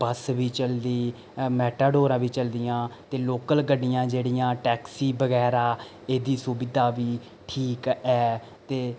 बस बी चलदी मैटाडोरां बी चलदियां ते लोकल गड्डियां जेह्ड़ियां टैक्सी बगैरा एह्दी सुविधा बी ठीक ऐ ते